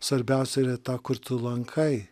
svarbiausia yra ta kur tu lankai